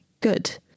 good